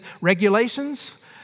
Regulations